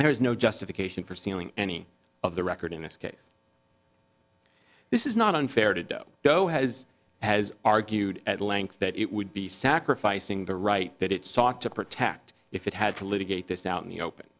there is no justification for sealing any of the record in this case this is not unfair to doe though has has argued at length that it would be sacrificing the right that it sought to protect if it had to litigate this out in the open